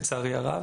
לצערי הרב.